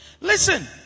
Listen